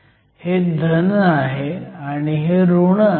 हे धन आहे आणि हे ऋण आहे